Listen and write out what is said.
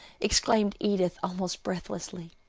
exclaimed edith almost breathlessly.